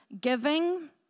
giving